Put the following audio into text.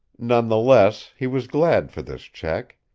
none the less, he was glad for this check.